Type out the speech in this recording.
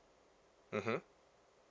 mmhmm